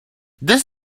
this